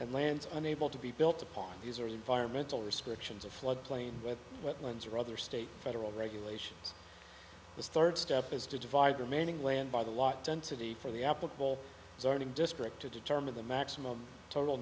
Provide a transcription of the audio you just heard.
and lands unable to be built upon these or environmental restrictions or flood plain with wetlands or other state federal regulations the third step is to divide remaining land by the lot density for the applicable zoning district to determine the maximum total